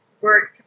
work